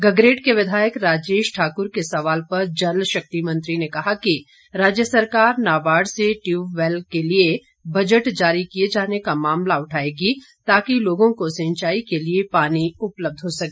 गगरेट के विधायक राजेश ठाकुर के सवाल पर जल शक्ति मंत्री ने कहा कि राज्य सरकार नाबार्ड से ट्यूबयैल के लिए बजट जारी किए जाने का मामला उठाएगी ताकि लोगों को सिंचाई के लिए पानी उपलब्ध हो सके